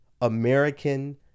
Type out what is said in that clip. American